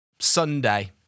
Sunday